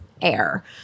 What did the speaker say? air